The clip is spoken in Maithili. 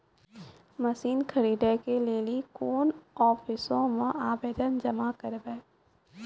मसीन खरीदै के लेली कोन आफिसों मे आवेदन जमा करवै?